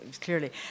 clearly